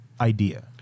idea